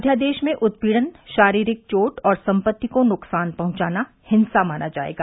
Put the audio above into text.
अध्यादेश में उत्पीड़न शारीरिक चोट और संपत्ति को नुकसान पहुंचाना हिंसा माना जाएगा